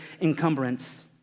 encumbrance